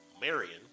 Marion